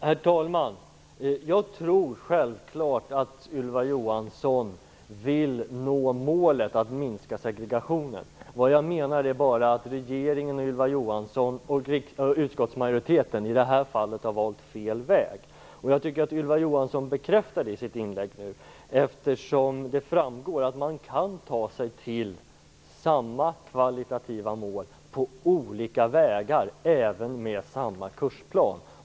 Herr talman! Jag tror självfallet att Ylva Johansson vill nå målet att minska segregationen. Vad jag menar är bara att regeringen, Ylva Johansson och utskottsmajoriteten i det här fallet har valt fel väg. Jag tycker också att Ylva Johansson bekräftar det i sitt inlägg, eftersom det framgår att man kan ta sig till samma kvalitativa mål på olika vägar även med samma kursplan.